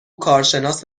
کارشناس